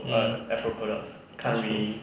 hmm that's true